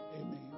Amen